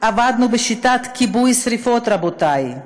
עבדנו בשיטת כיבוי שרפות, רבותי.